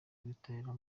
y’ubutabera